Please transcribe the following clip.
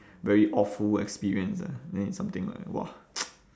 very awful experience ah then it's something like !wah!